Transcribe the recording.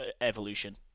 evolution